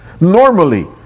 normally